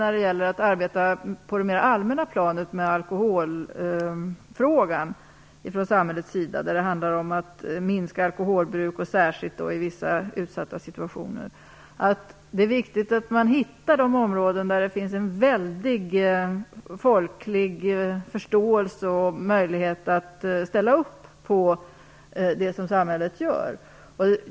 När det gäller arbete från samhällets sida på det mer allmänna planet i alkoholfrågan - det handlar då om att minska alkoholbruket, särskilt i vissa utsatta situationer - tror jag att det är viktigt att hitta de områden där det finns en stor folklig förståelse och där det finns möjligheter att ställa upp på det som samhället gör.